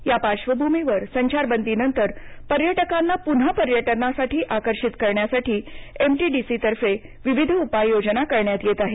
त्या पार्श्वभूमीवर संचारबंदीनंतर पर्यटकांना पुन्हा पर्यटनासाठी आकर्षित करण्यासाठी एमटीडीसीतर्फे विविध उपाययोजना करण्यात येत आहेत